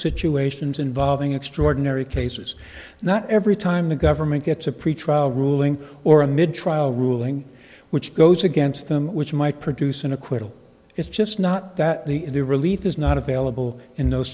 situations involving extraordinary cases not every time the government gets a pretrial ruling or a mid trial ruling which goes against them which might produce an acquittal it's just not that the the relief is not available in those